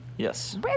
Yes